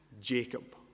Jacob